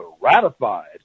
ratified